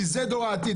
כי זה דור העתיד.